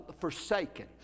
forsaken